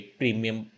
premium